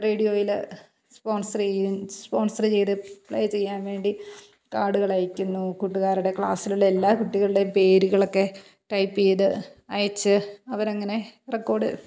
റേഡിയോയിൽ സ്പോൺസർ ചെയ്യും സ്പോൺസറ് ചെയ്തു പ്ലേ ചെയ്യാൻ വേണ്ടി കാർഡുകൾ അയക്കുന്നു കൂട്ടുകാരുടെ ക്ലാസ്സിലുള്ള എല്ലാ കുട്ടികളുടേയും പേരുകളൊക്കെ ടൈപ്പ് ചെയ്ത് അയച്ച് അവരങ്ങനെ റെക്കോർഡ്